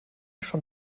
schon